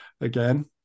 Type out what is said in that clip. again